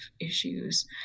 issues